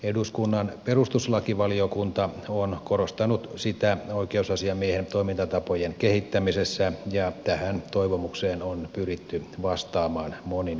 eduskunnan perustuslakivaliokunta on korostanut sitä oikeusasiamiehen toimintatapojen kehittämisessä ja tähän toivomukseen on pyritty vastaamaan monin tavoin